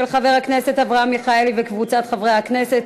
של חבר הכנסת אברהם מיכאלי וקבוצת חברי הכנסת.